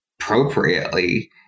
appropriately